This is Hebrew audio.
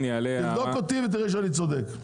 תבדוק אותי ותראה שאני צודק.